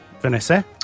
Vanessa